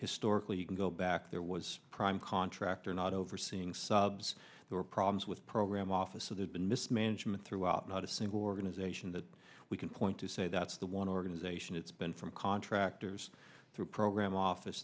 historically you can go back there was prime contractor not overseeing subs there were problems with program office so there's been mismanagement throughout not a single organization that we can point to say that's the one organization it's been from contractors through program office